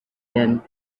been